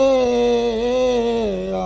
a